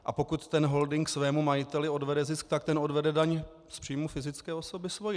A pokud holding svému majiteli odvede zisk, tak ten odvede daň z příjmů fyzické osoby svou.